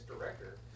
director